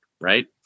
right